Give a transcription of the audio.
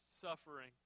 suffering